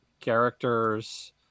characters